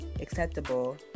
acceptable